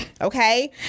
Okay